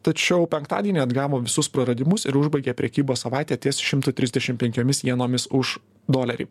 tačiau penktadienį atgavo visus praradimus ir užbaigė prekybos savaitę ties šimtu trisdešim penkiomis sienomis už dolerį